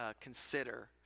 consider